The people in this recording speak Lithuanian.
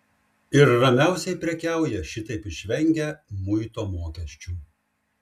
ir ramiausiai prekiauja šitaip išvengę muito mokesčių